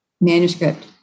manuscript